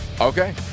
Okay